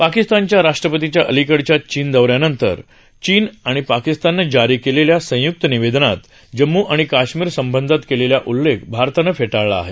पाकिस्तानच्या राष्ट्रपतीच्या अलिकडेच्या चीन दौऱ्यानंतर चीन आणि पाकिस्ताननं जारी केलेल्या संय्क्त निवेदनात जम्मू आणि काश्मीर संबंधात केलेला उल्लेख भारतानं फेटाळला आहे